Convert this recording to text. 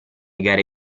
gare